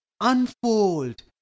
unfold